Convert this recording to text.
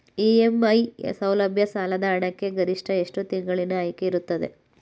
EMI ಸೌಲಭ್ಯ ಸಾಲದ ಹಣಕ್ಕೆ ಗರಿಷ್ಠ ಎಷ್ಟು ತಿಂಗಳಿನ ಆಯ್ಕೆ ಇರುತ್ತದೆ?